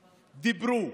דיברו,